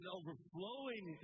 overflowing